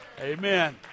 Amen